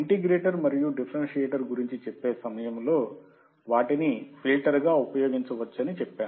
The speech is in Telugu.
ఇంటిగ్రేటర్ మరియు డిఫరెన్సియేటర్ గురించి చెప్పే సమయములో వాటిని ఫిల్టర్గా ఉపయోగించవచ్చని చెప్పాను